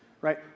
right